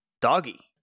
doggy